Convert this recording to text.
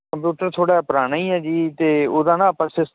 computer ਥੋੜ੍ਹਾ ਪੁਰਾਣਾ ਹੀ ਹੈ ਜੀ ਅਤੇ ਉਹਦਾ ਨਾ ਆਪਾਂ ਸਿਸ